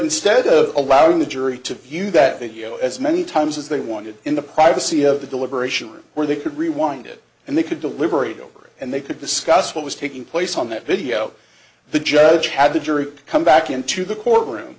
instead of allowing the jury to view that video as many times as they wanted in the privacy of the deliberation room where they could rewind it and they could deliberate over it and they could discuss what was taking place on that video the judge had the jury come back into the courtroom